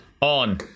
on